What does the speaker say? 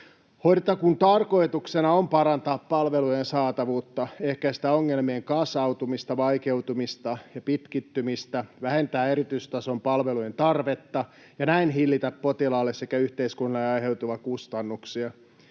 Hoitotakuun tarkoituksena on parantaa palveluiden saatavuutta, ehkäistä ongelmien kasautumista, vaikeutumista ja pitkittymistä, vähentää erityistason palvelujen tarvetta ja näin hillitä potilaalle sekä yhteiskunnalle aiheutuvia kustannuksia,